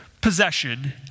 possession